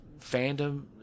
fandom